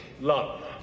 love